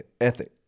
ethic